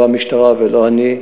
לא המשטרה ולא אני,